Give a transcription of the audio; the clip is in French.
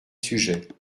sujet